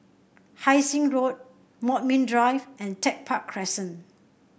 Hai Sing Road Bodmin Drive and Tech Park Crescent